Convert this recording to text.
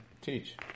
teach